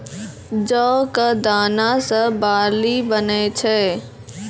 जौ कॅ दाना सॅ बार्ली बनै छै